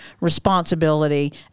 responsibility